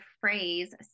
phrase